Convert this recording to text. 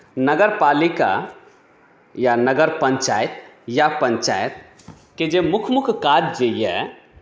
नगरपालिका या नगर पञ्चायत या पञ्चायतके जे मुख्य मुख्य काज जे यए